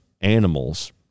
animals